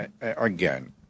again